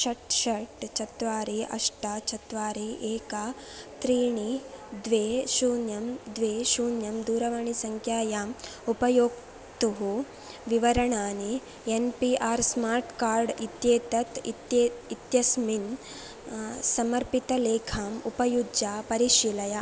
षट् षट् चत्वारि अष्ट चत्वारि एकं त्रीणि द्वे शून्यं द्वे शून्यं दूरवाणीसङ्ख्यायाम् उपयोक्तुः विवरणानि N P R smart card इत्येतत् इत्य इत्यस्मिन् समर्पितलेखाम् उपयुज्य परिशीलय